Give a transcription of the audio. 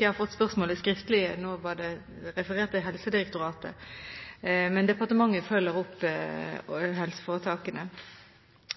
jeg har fått spørsmålet skriftlig. Nå leste representanten Sortevik «Helsedirektoratet» istedenfor «departementet». Men departementet følger opp helseforetakene. Jeg